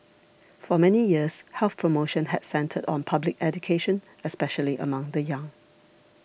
for many years health promotion had centred on public education especially among the young